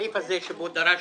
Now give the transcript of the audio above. הסעיף הזה שבו דרשנו,